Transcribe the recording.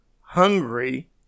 hungry